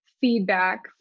feedback